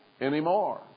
anymore